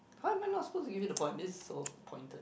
how am I not suppose to give you the point this is so pointed